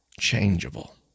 changeable